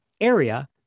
area